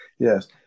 Yes